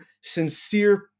sincere